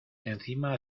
encima